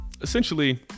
Essentially